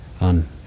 on